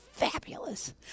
fabulous